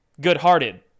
Good-hearted